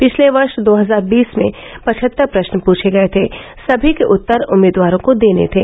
पिछले वर्ष दो हजार बीस में पचहत्तर प्रश्न पूछे गए थे सभी के उत्तर उम्मीदवारों को देने थे